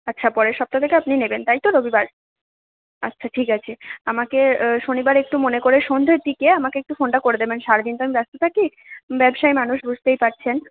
আচ্ছা পরের সপ্তাহ থেকে আপনি নেবেন তাই তো রবিবার আচ্ছা ঠিক আছে আমাকে শনিবার একটু মনে করে সন্ধ্যের দিকে আমাকে একটু ফোনটা করে দেবেন সারাদিন তো আমি ব্যস্ত থাকি ব্যবসায়ী মানুষ বুঝতেই পারছেন